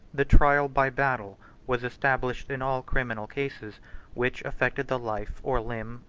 the trial by battle was established in all criminal cases which affected the life, or limb,